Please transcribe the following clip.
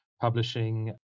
publishing